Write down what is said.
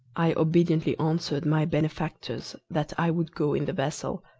i obediently answered my benefactors that i would go in the vessel,